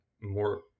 more